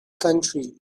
country